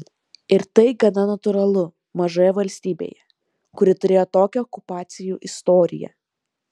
ir tai gana natūralu mažoje valstybėje kuri turėjo tokią okupacijų istoriją